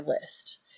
list